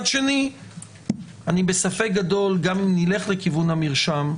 זה הסדר שלילי במובן הזה שאותו גוף ציבורי שמנוי בתוספת השנייה,